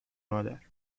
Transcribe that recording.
مادر